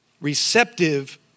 receptive